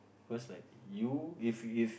cause like you if if